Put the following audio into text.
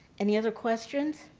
any other questions?